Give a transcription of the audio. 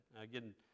Again